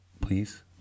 Please